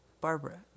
Barbara